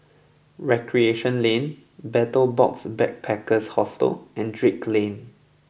Recreation Land Betel Box Backpackers Hostel and Drake Lane